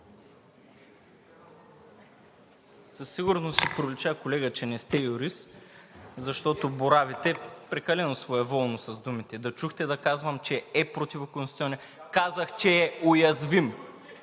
Със сигурност пролича, колега, че не сте юрист, защото боравите прекалено своеволно с думите. Да чухте да казвам, че е противоконституционен? Казах, че е уязвим